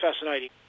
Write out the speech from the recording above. fascinating